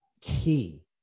key